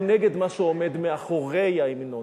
הם נגד מה שעומד מאחורי ההמנון.